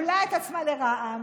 שכבלה את עצמה לרע"מ,